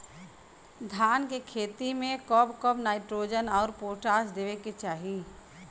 धान के खेती मे कब कब नाइट्रोजन अउर पोटाश देवे के चाही?